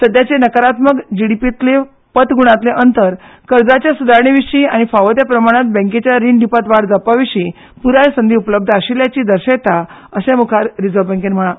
सध्याचे नकारात्मक जिडिपीतली पत गुणांतले अंतर कर्जाच्या सुदारणे विशीं आनी फावो त्या प्रमाणांत बँकेच्या रीण दिवपांत वाड जावपा विशीं पुराय संदी उपलब्ध आशिल्ल्याचें दर्शयता अशेंय आरबीआयन म्हळां